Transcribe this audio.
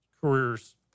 careers